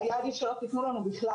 היה עדיף שבכלל לא תתנו לנו.